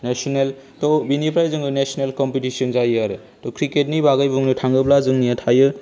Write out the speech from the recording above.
national त' बेनिफ्राय जोङो नेसनेल कम्पिटिस'न जायो आरो त' क्रिकेटनि बागै बुंनो थाङोब्ला जोंनिया थायो